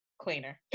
cleaner